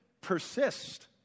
persist